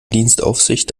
dienstaufsicht